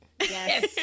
Yes